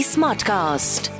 Smartcast